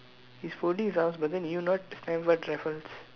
he's folding his arms but then you not Stamford-Raffles